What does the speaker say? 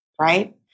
right